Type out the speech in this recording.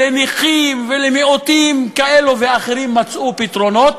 לנכים ולמיעוטים כאלה ואחרים מצאו פתרונות,